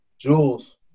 Jules